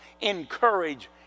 Encourage